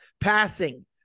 Passing